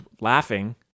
laughing